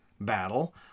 battle